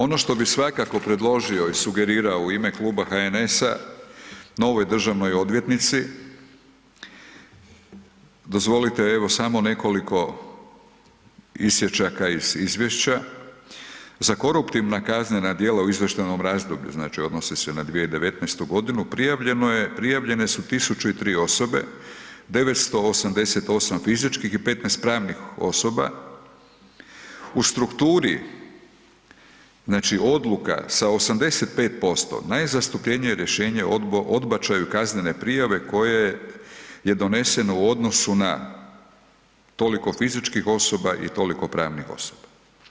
Ono što bi svakako predložio i sugerirao u ime kluba HNS-a novoj državnoj odvjetnici, dozvolite evo samo nekoliko isječaka iz izvješća, za koruptivna kaznena djela u izvještajnom razdoblju, znači odnosi se na 2019. g., prijavljene su 1003 osobe, 988 fizičkih i 15 pravnih osoba u strukturi, znači odluka sa 85%, najzastupljenije je rješenje o odbačaju kaznene prijave koje je doneseno u odnosu na toliko fizičkih osoba i toliko pravnih osoba.